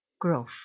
growth